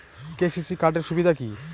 KCC card এর সুবিধা কি?